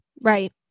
right